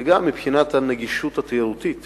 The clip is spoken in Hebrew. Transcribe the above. ומבחינת הנגישות התיירותית